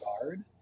guard